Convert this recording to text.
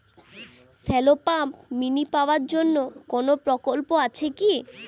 Shallow pump mini পাওয়ার জন্য কোনো প্রকল্প আছে কি?